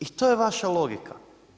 I to je vaša logika.